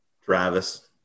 Travis